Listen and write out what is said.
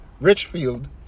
Richfield